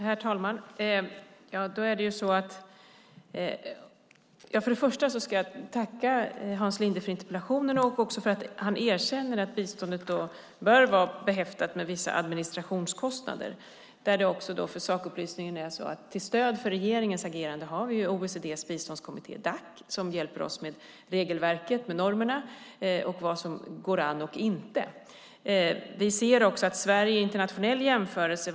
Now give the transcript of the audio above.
Herr talman! Låt mig börja med att tacka Hans Linde för interpellationen och också för att han erkänner att biståndet bör vara behäftat med vissa administrationskostnader. Som sakupplysning kan nämnas att vi till stöd för regeringens agerande har OECD:s biståndskommitté Dac, som hjälper oss med regelverket, normerna, och vad som går an och inte.